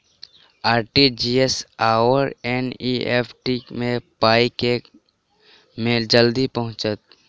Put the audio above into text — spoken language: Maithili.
आर.टी.जी.एस आओर एन.ई.एफ.टी मे पाई केँ मे जल्दी पहुँचत?